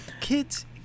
Kids